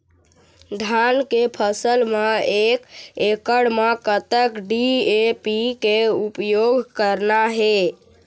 धान के फसल म एक एकड़ म कतक डी.ए.पी के उपयोग करना हे?